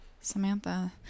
Samantha